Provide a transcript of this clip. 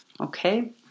Okay